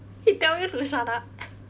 he tell you to shut up